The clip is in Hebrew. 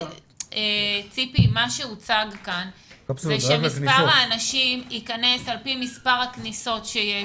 מה שהוצג כאן זה שמספר האנשים יכנס על פי מספר הכניסות שיש,